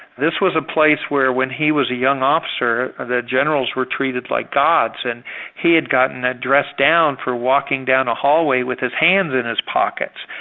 this was a place where when he was a young officer, ah the generals were treated like gods and he had gotten ah dressed down for walking down a hallway with his hands in his pockets,